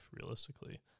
realistically